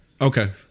Okay